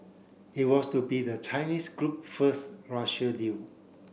it was to be the Chinese group first Russian deal